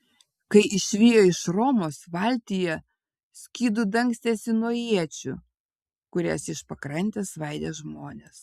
kai išvijo iš romos valtyje skydu dangstėsi nuo iečių kurias iš pakrantės svaidė žmonės